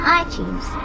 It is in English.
iTunes